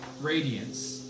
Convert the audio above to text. radiance